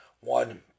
One